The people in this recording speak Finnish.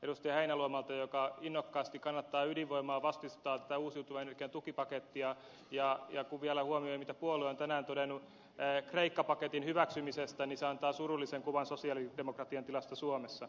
heinäluomalta joka innokkaasti kannattaa ydinvoimaa vastustaa tätä uusiutuvan energian tukipakettia ja kun vielä huomioi mitä puolue on tänään todennut kreikka paketin hyväksymisestä niin se antaa surullisen kuvan sosialidemokratian tilasta suomessa